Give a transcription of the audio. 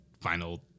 final